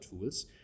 tools